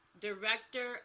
director